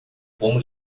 como